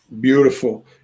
Beautiful